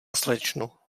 slečno